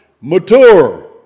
Mature